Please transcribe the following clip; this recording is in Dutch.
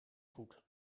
voet